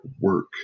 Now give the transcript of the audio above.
work